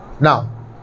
Now